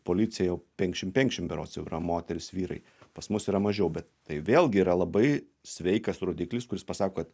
policija jau penkšim penkšim berods jau yra moterys vyrai pas mus yra mažiau bet tai vėlgi yra labai sveikas rodiklis kuris pasako kad